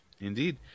Indeed